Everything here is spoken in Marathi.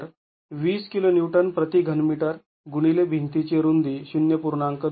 तर २० किलो न्यूटन प्रति घनमीटर गुणिले भिंतीची रुंदी ०